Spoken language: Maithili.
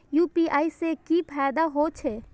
यू.पी.आई से की फायदा हो छे?